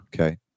Okay